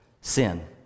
sin